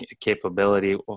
capability